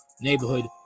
Neighborhood